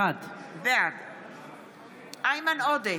בעד איימן עודה,